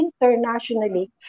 internationally